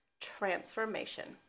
transformation